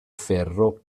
ferro